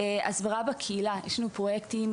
הסברה בקהילה יש לנו פרויקטים,